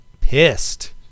pissed